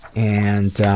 and,